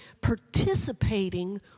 participating